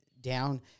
down